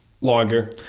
Longer